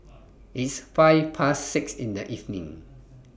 its five Past six in The evening